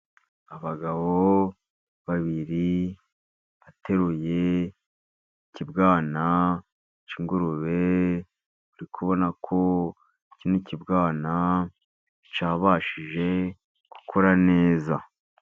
Abagabo babiri bateruye ikibwana cy'ingurube , uri kubona ko kino kibwana cyabashije gukura neza.